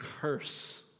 curse